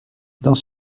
dans